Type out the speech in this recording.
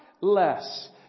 less